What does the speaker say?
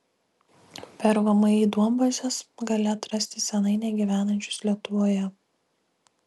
per vmi duombazes gali atrasti senai negyvenančius lietuvoje